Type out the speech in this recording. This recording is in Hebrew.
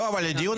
מה די?